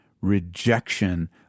rejection